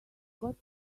got